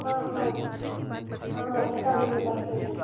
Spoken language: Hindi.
हाँ हाँ हाँ हाँ वो बता देंगे बता देंगे